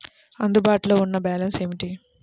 అందుబాటులో ఉన్న బ్యాలన్స్ ఏమిటీ?